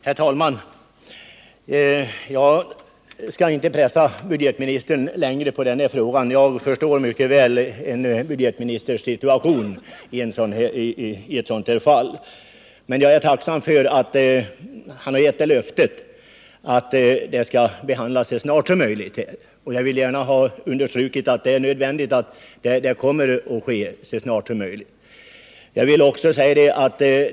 Herr talman! Jag skall inte pressa budgetministern ytterligare — jag förstår mycket väl hans situation i det här fallet. Men jag är tacksam för att budgetministern gett ett löfte att frågan skall behandlas så snart som möjligt, och jag vill gärna understryka att det är nödvändigt att så kommer att ske.